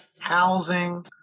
housing